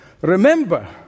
remember